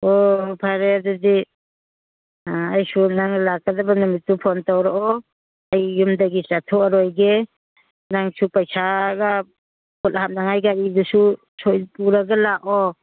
ꯑꯣ ꯐꯔꯦ ꯑꯗꯨꯗꯤ ꯑꯩꯁꯨ ꯅꯪ ꯂꯥꯛꯀꯗꯧꯕ ꯅꯨꯃꯤꯠꯇꯨ ꯐꯣꯟ ꯇꯧꯔꯛꯑꯣ ꯑꯩ ꯌꯨꯝꯗꯒꯤ ꯆꯠꯊꯣꯛꯑꯔꯣꯏꯒꯦ ꯅꯪꯁꯨ ꯄꯩꯁꯥꯒ ꯄꯣꯠ ꯍꯥꯞꯅꯤꯡꯉꯥꯏ ꯒꯔꯤꯗꯨꯁꯨ ꯁꯣꯏ ꯄꯨꯔꯒ ꯂꯥꯛꯑꯣ